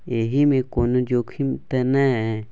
एहि मे कोनो जोखिम त नय?